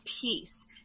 peace